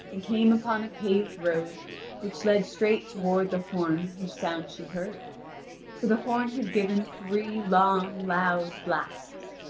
and came upon a paved road which led straight toward the horn whose sound she heard for the horn had given three long, loud blasts.